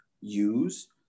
use